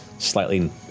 Slightly